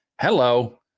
Hello